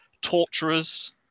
torturers